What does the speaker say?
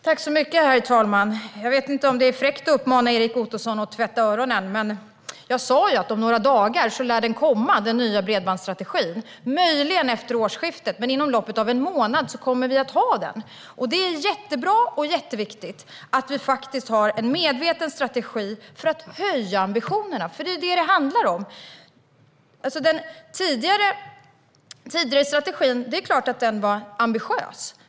Herr talman! Jag vet inte om det är fräckt att uppmana Erik Ottoson att tvätta öronen. Jag sa att den nya bredbandsstrategin lär komma om några dagar - möjligen efter årsskiftet. Inom loppet av en månad kommer vi att ha den. Det är bra och viktigt att det faktiskt finns en medveten strategi för att höja ambitionerna. Det är vad det handlar om. Det är klart att den tidigare strategin var ambitiös.